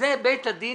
זה בית הדין